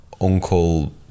uncle